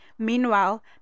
Meanwhile